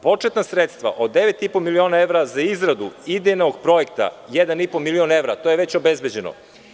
Početna sredstva od 9,5 miliona evra za izradu idejnog projekta, 1,5 milion evra je već obezbeđeno.